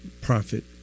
profit